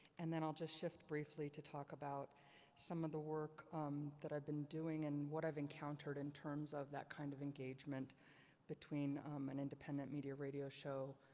and then i'll just shift briefly to talk about some of the work that i've been doing and what i've encountered in terms of that kind of engagement between an independent media radio show,